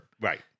Right